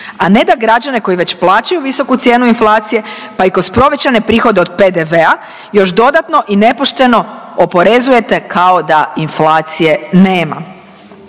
a ne da građane koji već plaćaju visoku cijenu inflacije, pa i kod povećanih prihoda od PDV-a još dodatno i nepošteno oporezujete kao da inflacije nema.